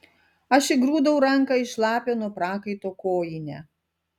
aš įgrūdau ranką į šlapią nuo prakaito kojinę